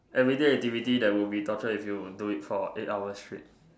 everyday activity that would be torture if you do it for eight hours straight